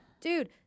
Dude